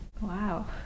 Wow